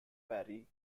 parry